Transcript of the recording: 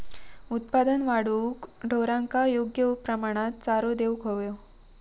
उत्पादन वाढवूक ढोरांका योग्य प्रमाणात चारो देऊक व्हयो